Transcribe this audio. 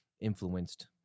influenced